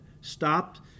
stopped